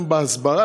בהסברה,